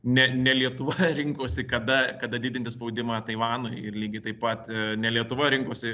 ne ne lietuva rinkosi kada kada didinti spaudimą taivanui ir lygiai taip pat ne lietuva rinkosi